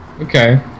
Okay